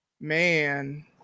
man